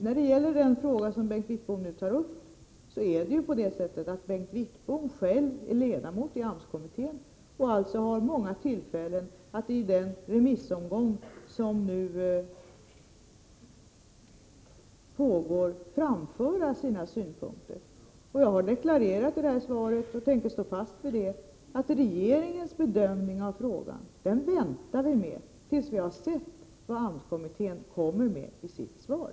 När det gäller den fråga som Bengt Wittbom nu tar upp är det ju på det sättet att Bengt Wittbom själv är ledamot i AMS-kommittén och alltså har många tillfällen att i den remissomgång som nu pågår framföra sina synpunkter. Jag har deklarerat i mitt svar, och jag tänker stå fast vid det, att regeringen väntar med sin bedömning av frågan tills vi har sett vad AMS-kommittén kommer med i sitt remissvar.